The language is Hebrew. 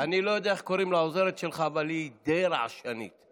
ואני אומר לכם, רבותיי, זה יכול לקרות לכל אחד פה.